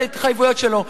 את ההתחייבויות שלו.